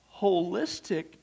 holistic